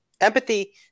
empathy